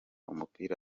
umupira